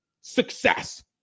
success